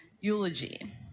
eulogy